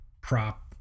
prop